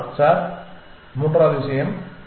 மாணவர் சார் மூன்றாவது விஷயம்